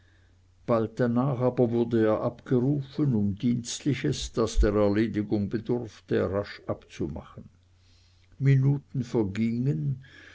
bald danach aber wurd er abgerufen um dienstliches das der erledigung bedurfte rasch abzumachen minuten vergingen